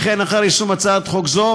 וכן אחר יישום הצעת חוק זו,